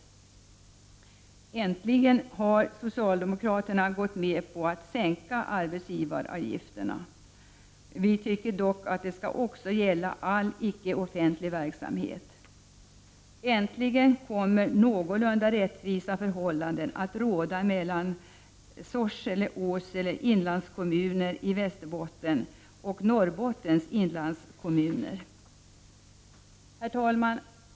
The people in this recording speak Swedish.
Äntligen har socialdemokraterna gått med på att sänka arbetsgivaravgifterna. Vi tycker dock att det också skall gälla all icke offentlig verksamhet. Och äntligen kommer någorlunda rättvisa förhållanden att råda mellan Sorsele och Åsele inlandskommuner i Västerbotten och Norrbottens inlandskommuner. Herr talman!